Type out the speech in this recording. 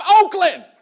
Oakland